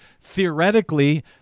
theoretically